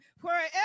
Wherever